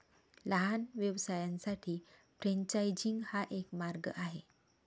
लहान व्यवसायांसाठी फ्रेंचायझिंग हा एक मार्ग आहे